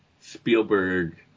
Spielberg